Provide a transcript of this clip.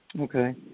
Okay